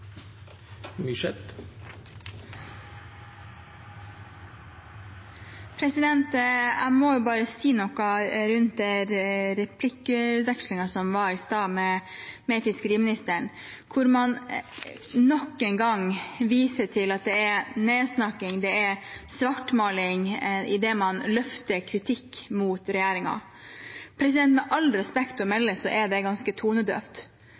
Jeg må bare si noe om replikkvekslingen som var i stad med fiskeriministeren, hvor man nok en gang viser til at det er nedsnakking, at det er svartmaling idet man retter kritikk mot regjeringen. Med all respekt å melde er det ganske tonedøvt,